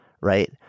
right